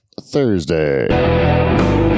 Thursday